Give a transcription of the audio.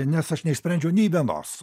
nes aš neišsprendžiau nei vienos